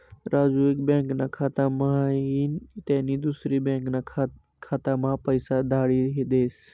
राजू एक बँकाना खाता म्हाईन त्यानी दुसरी बँकाना खाताम्हा पैसा धाडी देस